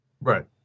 Right